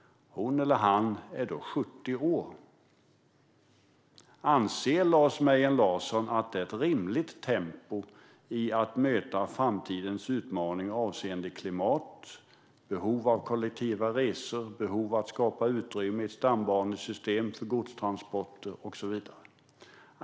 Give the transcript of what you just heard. Hon eller han är då 70 år. Anser Lars Mejern Larsson att det är ett rimligt tempo att möta framtidens utmaningar avseende klimat, behov av kollektiva resor, behov av att skapa utrymme i stambanesystemet för godstransporter och så vidare?